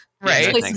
Right